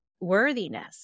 worthiness